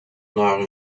naar